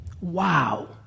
Wow